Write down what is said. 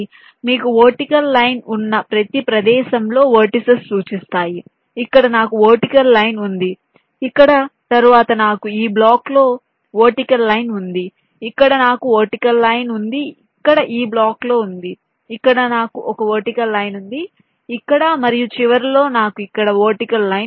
మీకు vertical line ఉన్న ప్రతి ప్రదేశంలో వెర్టిసిస్ సూచిస్తాయి ఇక్కడ నాకు వర్టికల్ లైన్ ఉంది ఇక్కడ తరువాత నాకు ఈ బ్లాక్లో ఇక్కడ వర్టికల్ లైన్ ఉంది ఇక్కడ నాకు వర్టికల్ లైన్ ఉంది ఇక్కడ ఈ బ్లాక్లో ఉంది ఇక్కడ నాకు ఒక వర్టికల్ లైన్ ఇక్కడ మరియు చివరిలో నాకు ఇక్కడ వర్టికల్ లైన్ ఉంది